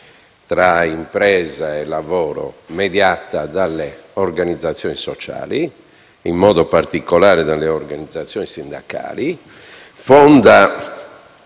tra impresa e lavoro, mediata dalle organizzazioni sociali, in modo particolare dalle organizzazioni sindacali, ma